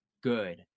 good